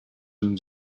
ens